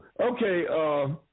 Okay